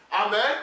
Amen